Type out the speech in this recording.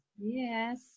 Yes